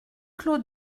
clos